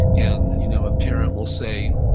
and you know a parent will say,